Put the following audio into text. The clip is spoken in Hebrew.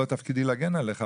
לא תפקידי להגן עליך,